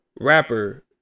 rapper